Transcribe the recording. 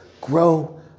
grow